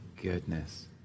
goodness